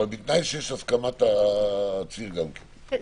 אבל בתנאי שיש הסכמת העציר גם כן.